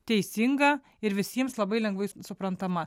teisinga ir visiems labai lengvai suprantama